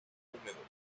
húmedos